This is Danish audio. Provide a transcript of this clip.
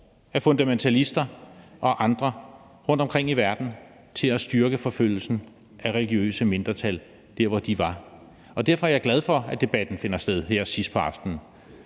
af fundamentalister og andre rundtomkring i verden til at styrke forfølgelsen af religiøse mindretal der, hvor de var. Og derfor er jeg glad for, at debatten finder sted her sidst på aftenen.